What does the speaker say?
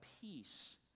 peace